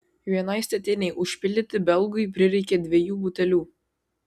vienai statinei užpildyti belgui prireikė dviejų butelių